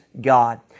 God